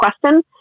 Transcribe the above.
question